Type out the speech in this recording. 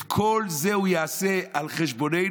את כל זה הוא יעשה על חשבוננו,